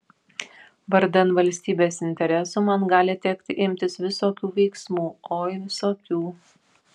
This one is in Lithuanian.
vardan valstybės interesų man gali tekti imtis visokių veiksmų oi visokių